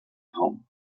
home